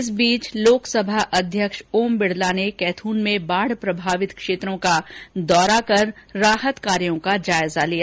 इस बीच लोकसभा अध्यक्ष ओम बिरला ने कैथून में बाढ़ प्रभावित क्षेत्रों का दौरा कर राहत कार्यों का जायज़ा लिया